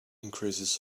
increases